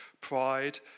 pride